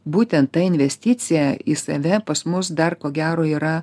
būtent ta investicija į save pas mus dar ko gero yra